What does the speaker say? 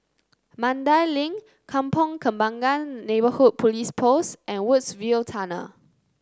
Mandai Link Kampong Kembangan Neighbourhood Police Post and Woodsville Tunnel